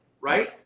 right